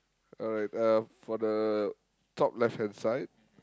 alright uh for the top left-hand side